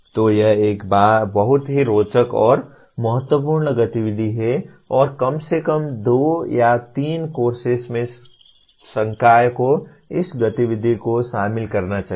तो यह एक बहुत ही रोचक और महत्वपूर्ण गतिविधि है और कम से कम 2 या 3 कोर्सेस में संकाय को इस गतिविधि को शामिल करना चाहिए